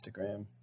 Instagram